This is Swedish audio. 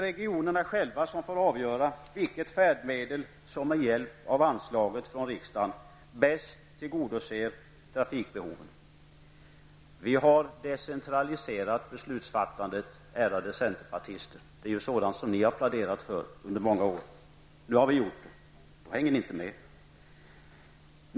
Regionerna får själva avgöra vilket färdmedel som med hjälp av anslaget från riksdagen bäst tillgodoser trafikbehoven. Vi har decentraliserat beslutsfattandet, ärade centerpartister. Det har vi planerat för i många år. Ni hänger inte med.